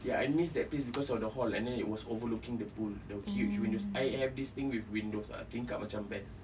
ya I miss that place because of the hall and then it was overlooking the pool the huge windows I have this thing with windows ah tingkap macam best